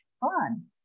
fun